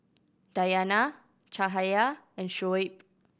Dayana Cahaya and Shoaib